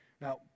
Now